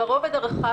ברובד הרחב,